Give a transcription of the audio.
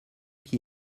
qui